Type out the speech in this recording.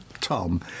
Tom